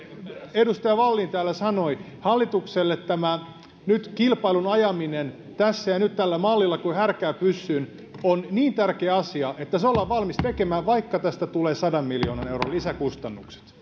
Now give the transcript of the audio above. edustaja wallin täällä sanoi hallitukselle tämä kilpailun ajaminen tässä ja nyt tällä mallilla kuin härkää pyssyyn on niin tärkeä asia että se ollaan valmis tekemään vaikka tästä tulee sadan miljoonan euron lisäkustannukset